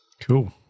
Cool